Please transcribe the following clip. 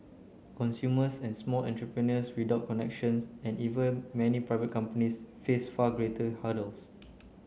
consumers and small entrepreneurs without connections and even many private companies face far greater hurdles